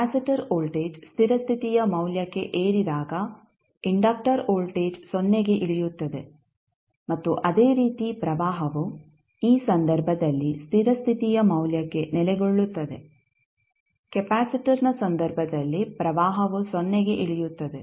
capacitor voltage ಸ್ಥಿರ ಸ್ಥಿತಿಯ ಮೌಲ್ಯಕ್ಕೆ ಏರಿದಾಗ ಇಂಡಕ್ಟರ್ ವೋಲ್ಟೇಜ್ ಸೊನ್ನೆಗೆ ಇಳಿಯುತ್ತದೆ ಮತ್ತು ಅದೇ ರೀತಿ ಪ್ರವಾಹವು ಈ ಸಂದರ್ಭದಲ್ಲಿ ಸ್ಥಿರ ಸ್ಥಿತಿಯ ಮೌಲ್ಯಕ್ಕೆ ನೆಲೆಗೊಳ್ಳುತ್ತದೆ ಕೆಪಾಸಿಟರ್ನ ಸಂದರ್ಭದಲ್ಲಿ ಪ್ರವಾಹವು ಸೊನ್ನೆಗೆ ಇಳಿಯುತ್ತದೆ